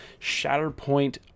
Shatterpoint